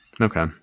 Okay